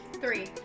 Three